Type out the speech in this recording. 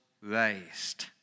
raised